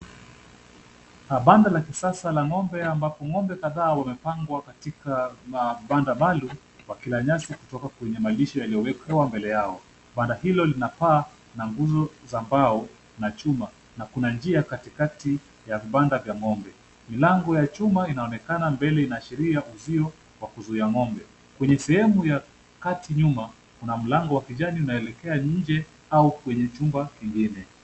Habanda la kisasa la ng'ombe ambapo ng'ombe kadhaa wamepangwa katika mabanda maalum wakila nyasi kutoka kwenye malisho yaliyowekewa mbele yao. Banda hilo lina paa na nguzo za mbao na chuma na kuna njia katikati ya vibanda vya ng'ombe. Milango ya chuma inaonekana mbele inaashiria uzio wa kuzuia ng'ombe. Kwenye sehemu ya kati nyuma kuna mlango wa kijani unaoelekea nje au kwenye chumba kingine.